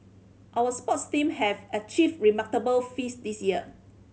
our sports team have achieved remarkable feats this year